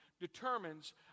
determines